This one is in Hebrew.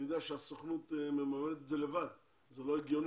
אני יודע שהסוכנות מממנת את זה לבד, זה לא הגיוני